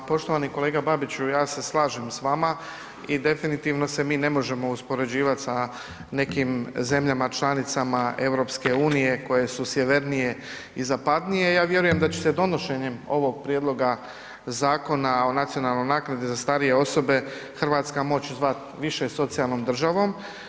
Pa poštovani kolega Babiću ja se slažem s vama i definitivno se mi ne možemo uspoređivati sa nekim zemljama članicama EU koje su sjevernije i zapadnije, ja vjerujem da će se donošenjem ovoga Prijedloga Zakona o nacionalnoj naknadi za starije osobe Hrvatska moći zvati više socijalnom državom.